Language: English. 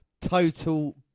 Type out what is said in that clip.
Total